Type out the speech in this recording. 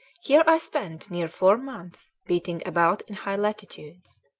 here i spent near four months beating about in high latitudes.